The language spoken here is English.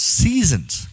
seasons